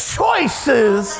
choices